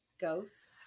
Ghosts